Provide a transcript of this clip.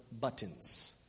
buttons